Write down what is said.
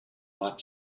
like